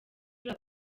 turi